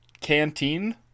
canteen